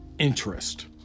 interest